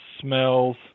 smells